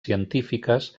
científiques